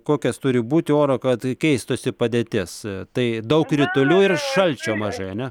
kokios turi būti oro kad keistųsi padėtis tai daug kritulių ir šalčio mažai ane